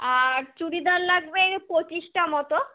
আর চুড়িদার লাগবে এই পঁচিশটা মতো